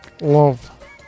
Love